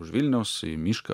už vilniaus į mišką